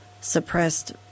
suppressed